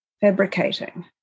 fabricating